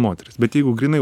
moteris bet jeigu grynai